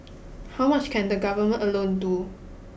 how much can the government alone do